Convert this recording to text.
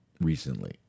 recently